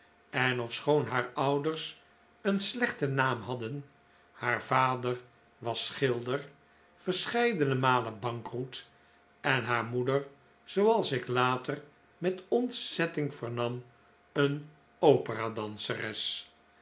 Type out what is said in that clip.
en ofschoon haar ouders een slechten naam hadden haar vader was schilder verscheidene malen bankroet en haar moeder zooals ik later met ontzetting vernam een opera danseres